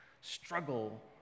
struggle